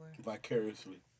Vicariously